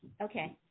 Okay